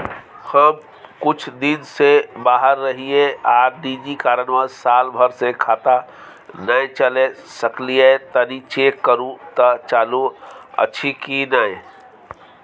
हम कुछ दिन से बाहर रहिये आर निजी कारणवश साल भर से खाता नय चले सकलियै तनि चेक करू त चालू अछि कि नय?